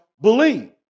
believe